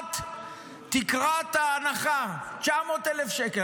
תקרת ההנחה, 900,000 שקל.